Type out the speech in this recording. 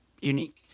unique